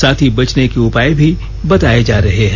साथ बचने के उपाय भी बताये जा रहे हैं